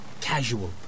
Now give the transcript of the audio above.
Casual